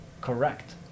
correct